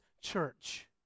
church